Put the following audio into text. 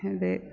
എന്ത്